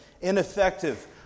ineffective